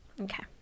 Okay